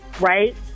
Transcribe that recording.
Right